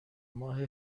ماه